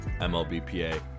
MLBPA